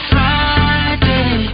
Friday